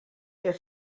der